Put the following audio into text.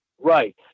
right